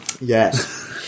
Yes